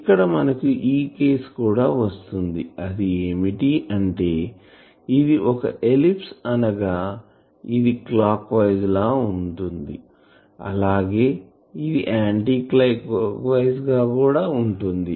ఇక్కడ మనకు ఈ కేసు కూడా వస్తుంది అది ఏమిటి అంటే ఇది ఒక ఎలిప్స్ అనగా ఇది క్లాక్ వైస్ గా వుంది అలాగే ఇది యాంటీ క్లాక్ వైస్ గా కూడా ఉంటుంది